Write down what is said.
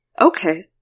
Okay